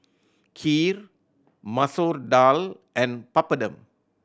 Kheer Masoor Dal and Papadum